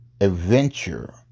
adventure